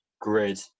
grid